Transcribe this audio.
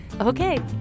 Okay